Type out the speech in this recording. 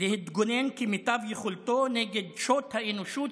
להתגונן כמיטב יכולתו נגד שוט האנושות,